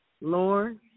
Lord